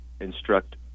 instruct